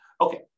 Okay